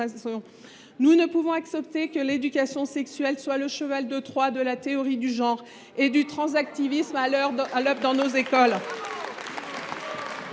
Nous ne pouvons accepter que l’éducation sexuelle soit le cheval de Troie de la théorie du genre et du « transactivisme » à l’œuvre dans nos écoles.